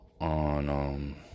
on